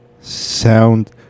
Sound